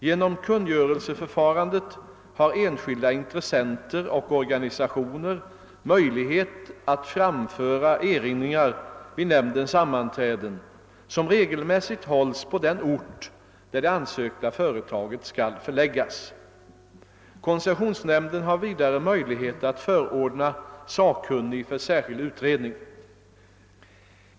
Genom kungörelseförfarandet har enskilda intres senter och organisationer möjlighet att framföra erinringar vid nämndens sammanträden som regelmässigt hålls. på den ort där det ansökta företaget skall förläggas. Koncessionsnämnden har vidare möjlighet att förordna sakkunnig för särskild utredning.